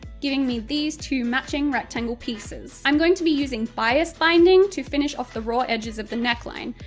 giving me these two matching rectangle pieces. i'm going to be using bias binding to finish off the raw edges of the neckline,